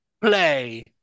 play